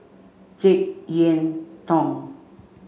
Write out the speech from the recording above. Jek Yeun Thong